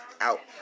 Out